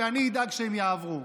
ואני אדאג שהן יעברו.